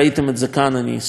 אני סוטה בסוגריים,